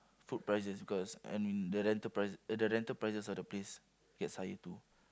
food prices because and the rental prices the rental prices of the place gets higher too